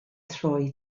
troi